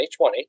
2020